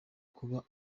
kuba